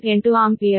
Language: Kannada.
8 ಆಂಪಿಯರ್